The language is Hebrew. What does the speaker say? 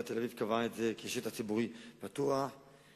עיריית תל-אביב קבעה את זה כשטח ציבורי פתוח בהפקעה,